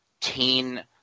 teen